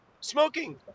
smoking